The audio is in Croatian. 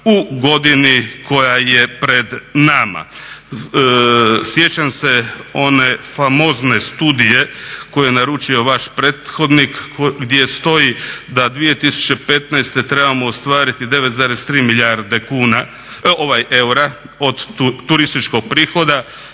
u godini koja je pred nama. Sjećam se one famozne studije koju je naručio vaš prethodnik gdje stoji da 2015.trebao ostvariti 9,3 milijarde kuna, eura od turističkog prihoda,